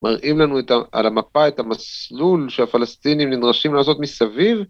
‫מראים לנו על המפה את המסלול ‫שהפלסטינים נדרשים לעשות מסביב?